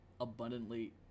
abundantly